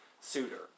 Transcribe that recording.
suitor